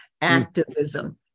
Activism